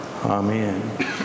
Amen